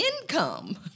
income